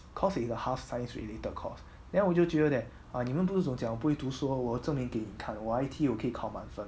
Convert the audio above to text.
cause it's half science related course then 我就觉得点 ah 你们不是讲我不会读书 lor 我证明给你看我 I_T 我可以考满分